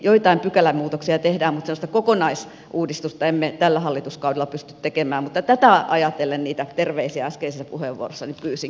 joitain pykälämuutoksia tehdään mutta sellaista kokonaisuudistusta emme tällä hallituskaudella pysty tekemään mutta tätä ajatellen niitä terveisiä äskeisessä puheenvuorossani pyysin